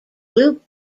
loop